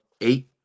Eight